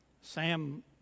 Sam